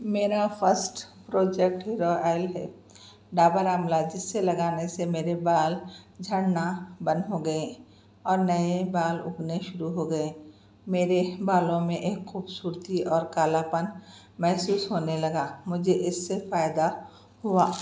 میرا first product hair oil ہے ڈابر آملہ جِسے لگانے سے میرے بال جھڑنا بند ہوگئے اور نئے بال اُگنے شروع ہوگئے میرے بالوں میں ایک خوبصورتی اور کالا پن محسوس ہونے لگا مجھے اِس سے فائدہ ہُوا